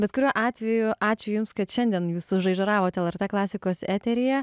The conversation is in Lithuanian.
bet kuriuo atveju ačiū jums kad šiandien jūs sužaižaravot lrt klasikos eteryje